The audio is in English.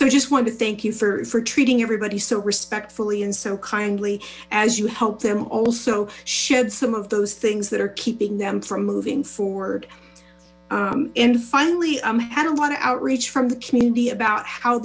i just want to thank you for treating everybody so respectfully and so kindly as you help them also shed some of those things that are keeping them from moving forward and finally had a lot of outreach from the community about how